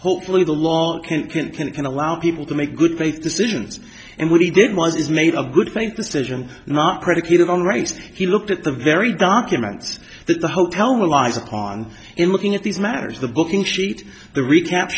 hopefully the law can can can can allow people to make good faith decisions and what he did was made of good faith decision not predicated on race he looked at the very documents that the hotel lies upon in looking at these matters the booking sheet the recap